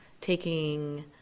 taking